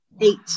Eight